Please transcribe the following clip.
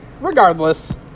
regardless